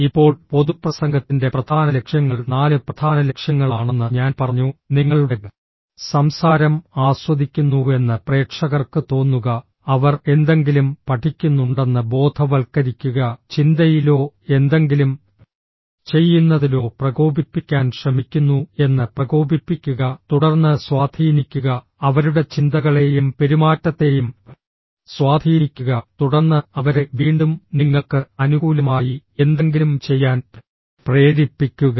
ഇപ്പോൾ പൊതുപ്രസംഗത്തിൻറെ പ്രധാന ലക്ഷ്യങ്ങൾ നാല് പ്രധാന ലക്ഷ്യങ്ങളാണെന്ന് ഞാൻ പറഞ്ഞു നിങ്ങളുടെ സംസാരം ആസ്വദിക്കുന്നുവെന്ന് പ്രേക്ഷകർക്ക് തോന്നുക അവർ എന്തെങ്കിലും പഠിക്കുന്നുണ്ടെന്ന് ബോധവൽക്കരിക്കുക ചിന്തയിലോ എന്തെങ്കിലും ചെയ്യുന്നതിലോ പ്രകോപിപ്പിക്കാൻ ശ്രമിക്കുന്നു എന്ന് പ്രകോപിപ്പിക്കുക തുടർന്ന് സ്വാധീനിക്കുക അവരുടെ ചിന്തകളെയും പെരുമാറ്റത്തെയും സ്വാധീനിക്കുക തുടർന്ന് അവരെ വീണ്ടും നിങ്ങൾക്ക് അനുകൂലമായി എന്തെങ്കിലും ചെയ്യാൻ പ്രേരിപ്പിക്കുക